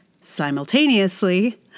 Simultaneously